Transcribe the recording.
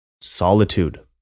Solitude